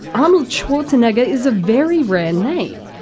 arnold schwarzenegger is a very rare name.